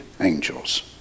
angels